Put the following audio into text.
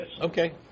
Okay